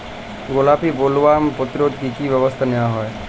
গোলাপী বোলওয়ার্ম প্রতিরোধে কী কী ব্যবস্থা নেওয়া হয়?